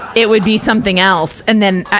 it would be something else. and then i,